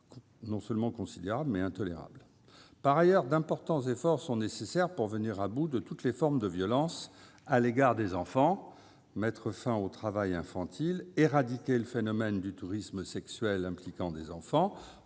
non seulement considérable, mais intolérable ! Par ailleurs, d'importants efforts sont encore nécessaires pour venir à bout de toutes les formes de violence à l'égard des enfants, pour mettre fin au travail infantile, éradiquer le phénomène du tourisme sexuel impliquant des enfants,